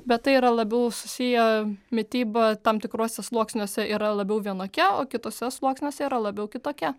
bet tai yra labiau susiję mityba tam tikruose sluoksniuose yra labiau vienokia o kituose sluoksniuose yra labiau kitokia